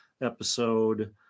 episode